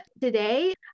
today